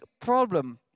problem